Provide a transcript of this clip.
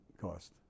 cost